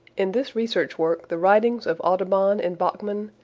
in this research work the writings of audubon and bachman,